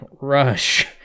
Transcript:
Rush